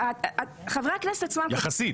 יחסית.